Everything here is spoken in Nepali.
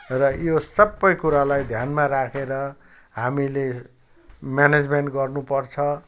र यो सबै कुरालाई ध्यानमा राखेर हामीले म्यानेजमेन्ट गर्नपर्छ